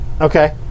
Okay